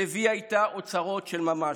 שהביאה איתה אוצרות של ממש,